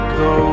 go